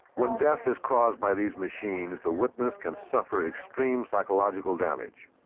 when death is caused by these machines, the witness can suffer extreme psychological damage.